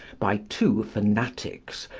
by two fanatics,